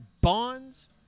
Bonds